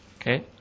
Okay